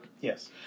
Yes